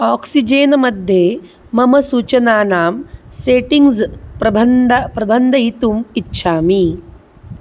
oxygen मध्ये मम सूचनानां सेटिङ्ग्स् प्रबन्धः प्रबन्धयितुम् इच्छामि